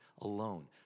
alone